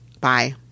Bye